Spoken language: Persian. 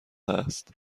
است